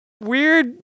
weird